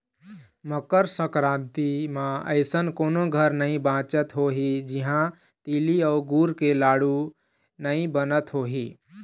मकर संकरांति म अइसन कोनो घर नइ बाचत होही जिहां तिली अउ गुर के लाडू नइ बनत होही